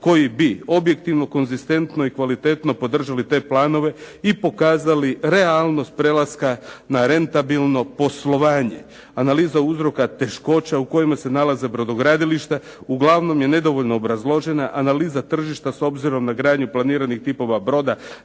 koji bi objektivno, konzistentno i kvalitetno podržali te planove i pokazali realnost prelaska na rentabilno poslovanje. Analiza uzroka teškoća u kojima se nalaze brodogradilišta uglavnom je nedovoljno obrazložena. Analiza tržišta s obzirom na gradnju planiranih tipova broda